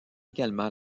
également